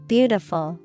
Beautiful